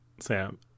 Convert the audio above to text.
Sam